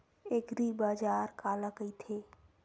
एग्रीबाजार काला कइथे?